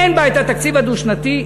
אין בה התקציב הדו-שנתי,